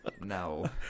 No